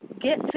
get